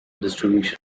distribution